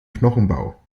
knochenbau